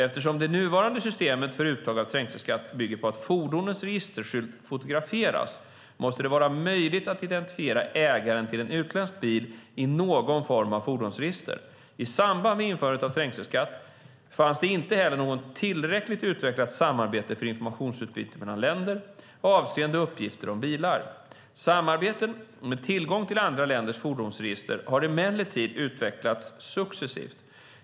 Eftersom nuvarande system för uttag av trängselskatt bygger på att fordonens registreringsskyltar fotograferas måste det vara möjligt att identifiera ägaren till en utländsk bil i någon form av fordonsregister. I samband med införandet av trängselskatt fanns inte något tillräckligt utvecklat samarbete för informationsutbyte mellan länder avseende uppgifter om bilar. Samarbeten med tillgång till andra länders fordonsregister har emellertid utvecklats successivt.